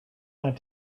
not